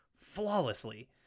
flawlessly